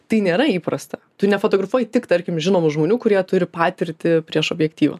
tai nėra įprasta tu nefotografuoji tik tarkim žinomų žmonių kurie turi patirtį prieš objektyvą